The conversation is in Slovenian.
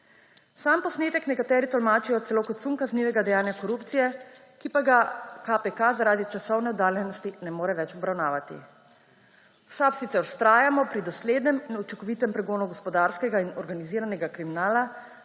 Sam posnetek nekateri tolmačijo celo kot sum kaznivega dejanja korupcije, ki pa ga KPK zaradi časovne oddaljenosti ne more več obravnavati. V SAB sicer vztrajamo pri doslednem in učinkovitem pregonu gospodarskega in organiziranega kriminala